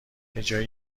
بجای